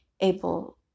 able